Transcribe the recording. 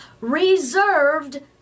reserved